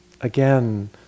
again